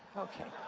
okay.